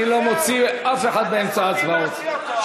אני לא מוציא אף אחד באמצע ההצבעות.